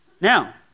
Now